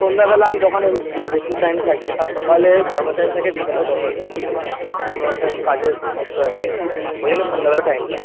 সন্ধ্যেবেলায় আমি দোকানে বেশি টাইম থাকি আর সকালে কর্মচারী থাকে বিকালেও কর্মচারী থাকে আমি অন্য একটা কাজে যুক্ত আছি আর কি ওইজন্য সন্ধ্যেবেলা টাইম পাই